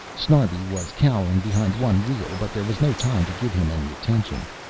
snarbi was cowering behind one wheel but there was no time to give him any attention.